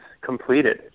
completed